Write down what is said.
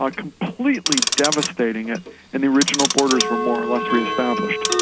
ah completely devastating it and the original borders were more or less re-established.